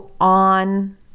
on